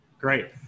Great